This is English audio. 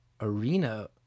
arena